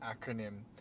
acronym